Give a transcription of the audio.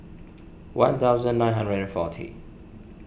one thousand nine hundred and forty